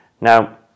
Now